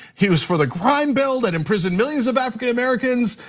he was for the crime bill that imprisoned millions of african-americans,